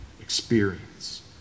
experience